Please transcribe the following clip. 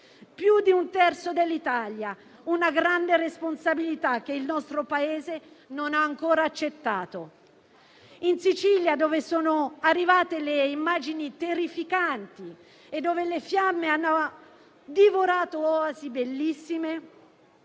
più di un terzo dell'Italia, una grande responsabilità che il nostro Paese non ha ancora accettato. In Sicilia, da cui sono arrivate le immagini terrificanti e dove le fiamme hanno divorato oasi bellissime,